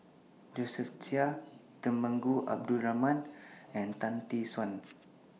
Josephine Chia Temenggong Abdul Rahman and Tan Tee Suan